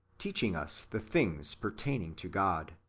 teaching us the things pertaining to god.